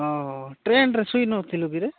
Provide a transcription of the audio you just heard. ହଁ ହଁ ଟ୍ରେନ୍ରେ ଶୋଇ ନ ଥିଲୁ କିିରେ